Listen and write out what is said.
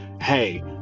hey